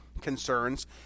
concerns